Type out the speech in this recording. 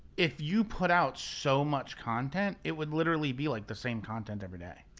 if you put out so much content, it would literally be like the same content every day.